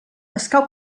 escau